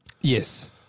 Yes